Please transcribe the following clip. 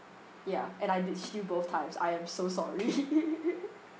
ya and I ditched you both times I am so sorry